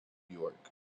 york